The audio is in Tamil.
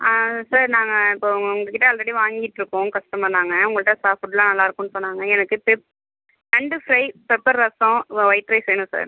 ஆ சார் நாங்கள் இப்போ உங்கள் கிட்ட ஆல்ரெடி வாங்கிட்டுருக்கோம் கஸ்டமர் நாங்கள் உங்கள்கிட்ட சாப்பாடுலாம் நல்லாயிருக்கும்னு சொன்னாங்க எனக்கு பெப் நண்டு fry pepper rasam white rice வேணும் சார்